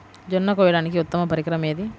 జొన్న కోయడానికి ఉత్తమ పరికరం ఏది?